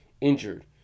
injured